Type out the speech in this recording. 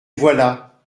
voilà